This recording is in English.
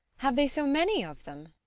have they so many of them?